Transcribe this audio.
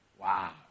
Wow